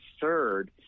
third